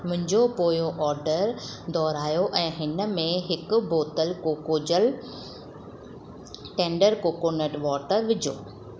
मुंहिंजो पोयों ऑर्डरु दुहिरायो ऐं हिन में हिकु बोतल कोकोजल टेंडर कोकोनट वॉटर विझो